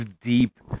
deep